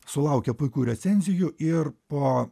sulaukė puikių recenzijų ir po